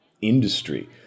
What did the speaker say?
industry